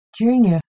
Junior